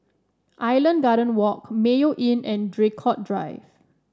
Island Gardens Walk Mayo Inn and Draycott Drive